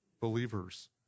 believers